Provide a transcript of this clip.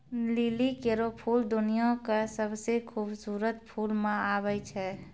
लिली केरो फूल दुनिया क सबसें खूबसूरत फूल म आबै छै